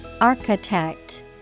Architect